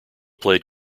played